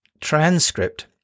transcript